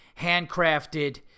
handcrafted